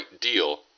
deal